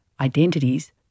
identities